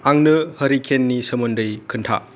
आंनो हारिकेननि सोमोन्दै खोन्था